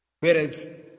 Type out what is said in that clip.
Whereas